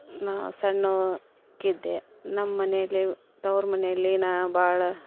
ನಾನು ಸಣ್ಣಕ್ಕಿದ್ದೆ ನಮ್ಮ ಮನೆಯಲ್ಲಿ ತವ್ರ ಮನೆಯಲ್ಲಿ ನಾನು ಭಾಳ